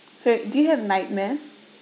so do you have nightmares